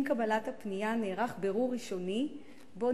עם קבלת הפנייה נערך בירור ראשוני שבו